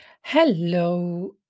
Hello